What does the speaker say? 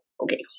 okay